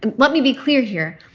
and let me be clear here.